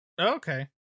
Okay